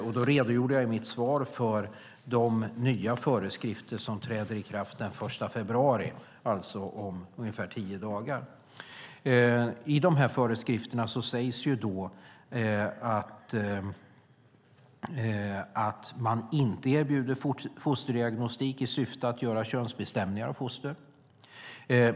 Jag redogjorde i mitt svar för de nya föreskrifter som träder i kraft den 1 februari, alltså om tio dagar. I dessa föreskrifter sägs det att man inte erbjuder fosterdiagnostik i syfte att göra könsbestämningar av foster.